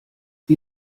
wie